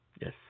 yes